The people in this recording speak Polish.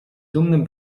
dumnym